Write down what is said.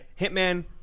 Hitman